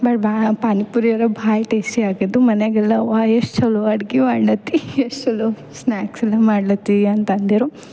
but ಭಾಳ ಪಾನಿ ಪೂರಿ ಅಂದರೆ ಭಾಳ ಟೇಸ್ಟಿ ಆಗ್ತಿತ್ತು ಮನ್ಯಾಗೆಲ್ಲ ವಾ ಎಷ್ಟು ಚಲೋ ಅಡ್ಗಿ ಮಾಡ್ಲತ್ತಿ ಎಷ್ಟು ಚಲೋ ಸ್ನಾಕ್ಸ್ ಎಲ್ಲ ಮಾಡ್ಲತ್ತಿ ಅಂತಂದಿರು